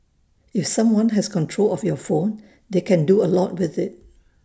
if someone has control of your phone they can do A lot with IT